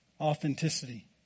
authenticity